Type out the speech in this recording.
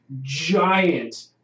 giant